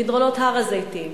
במדרונות הר-הזיתים.